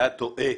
אתה טועה.